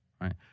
right